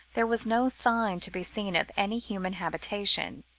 there was no sign to be seen of any human habitation.